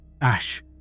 Ash